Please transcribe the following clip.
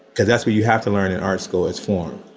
because that's what you have to learn in art school is form,